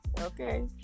Okay